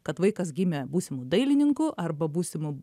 kad vaikas gimė būsimu dailininku arba būsimu